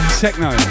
techno